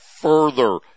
further